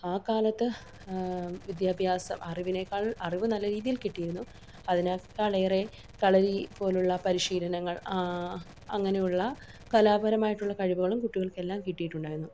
ആ കാലത്ത് വിദ്യാഭ്യാസം അറിവിനേക്കാൾ അറിവ് നല്ല രീതിയിൽ കിട്ടിയിരുന്നു അതിനേക്കാൾ ഏറെ കളരി പോലുള്ള പരിശീലനങ്ങൾ അങ്ങനെയുള്ള കലാപരമായിട്ടുള്ള കഴിവുകളും കുട്ടികൾക്കെല്ലാം കിട്ടിയിട്ടുണ്ടായിരുന്നു